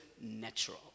natural